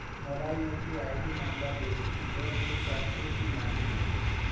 मोला UPI number ले loan मिल सकथे कि नहीं?